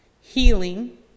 healing